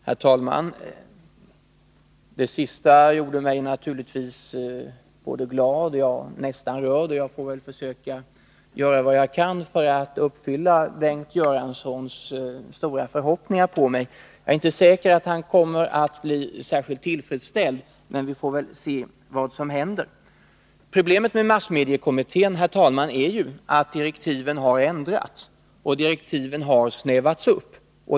Herr talman! Det senaste gjorde mig naturligtvis glad, ja, nästan rörd. Jag får väl försöka göra vad jag kan för att uppfylla Bengt Göranssons stora förhoppningar på mig. Jag är inte säker på att han kommer att bli särskilt tillfredsställd. Problemet med massmediekommittén är ju, herr talman, att direktiven har ändrats och snävats upp.